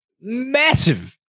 massive